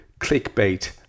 clickbait